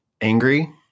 angry